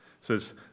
says